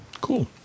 Cool